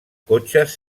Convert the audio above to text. cotxes